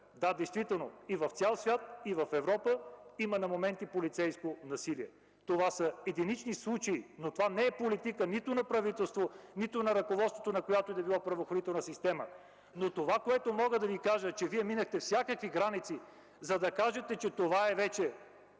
да, действително, в цял свят и в Европа, има на моменти полицейско насилие. Това са единични случаи, но това не е политика нито на правителството, нито на ръководството на която и да било правоохранителна система. Мога да Ви кажа, че Вие минахте всякакви граници, за да кажете, че това е вече